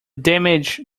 damage